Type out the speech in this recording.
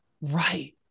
Right